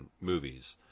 movies